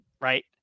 right